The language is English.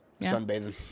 Sunbathing